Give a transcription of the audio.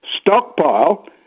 stockpile